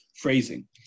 phrasing